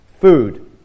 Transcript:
food